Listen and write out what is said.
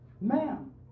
Ma'am